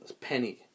penny